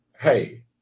Hey